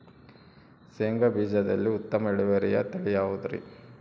ಶೇಂಗಾ ಬೇಜದಲ್ಲಿ ಉತ್ತಮ ಇಳುವರಿಯ ತಳಿ ಯಾವುದುರಿ?